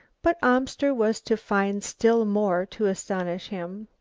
but amster was to find still more to astonish him.